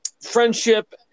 friendship